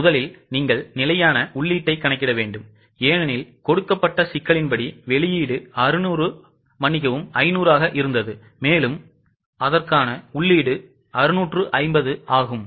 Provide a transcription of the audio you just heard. முதலில் நீங்கள் நிலையான உள்ளீட்டைக் கணக்கிட வேண்டும் ஏனெனில் கொடுக்கப்பட்ட சிக்கலின் படி வெளியீடு 500 ஆக இருந்தது அதற்கான உள்ளீடு 650 ஆகும்